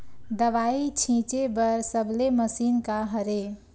दवाई छिंचे बर सबले मशीन का हरे?